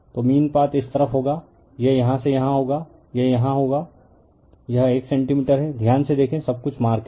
तो mean path इस तरफ होगा यह यहाँ से यहाँ होगा यह यहाँ होगा यह 1 सेंटीमीटर है ध्यान से देखें सब कुछ मार्क है